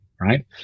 Right